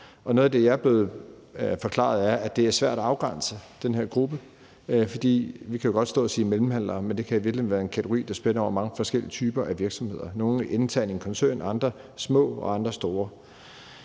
noget af det, jeg er blevet forklaret, er, at det er svært at afgrænse den her gruppe, for vi kan jo godt stå og sige mellemhandlere, men det kan i virkeligheden være en kategori, der spænder over mange forskellige typer af virksomheder – nogle internt i en koncern, andre små og andre igen